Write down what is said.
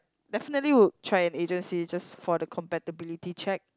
definitely would try an agency just for the compatibility check